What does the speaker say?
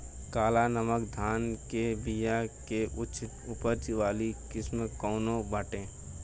काला नमक धान के बिया के उच्च उपज वाली किस्म कौनो बाटे?